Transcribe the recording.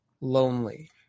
lonely